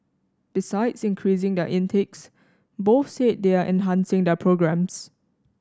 besides increasing their intakes both said they are enhancing their programmes